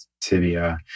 tibia